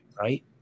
right